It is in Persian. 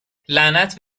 لعنت